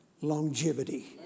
Longevity